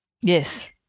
Yes